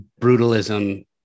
brutalism